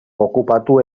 okupatu